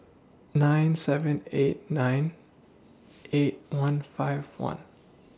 nine seven eight nine eight one five one